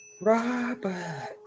Robert